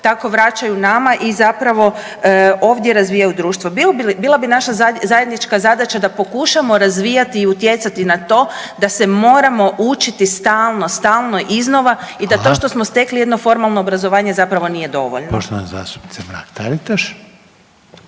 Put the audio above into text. tako vraćaju nama i zapravo ovdje razvijaju društvo. Bila bi naša zajednička zadaća da pokušamo razvijati i utjecati na to da se moramo učiti stalno, stalno iznova …/Upadica Reiner: Hvala./… i da to što smo stekli jedno formalno obrazovanje zapravo nije dovoljno. **Reiner, Željko